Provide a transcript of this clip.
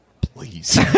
please